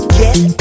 get